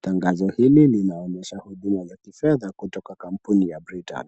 Tangazo hili linaonyesha huduma za kifedha kutoka kampuni ya Britam.